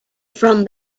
from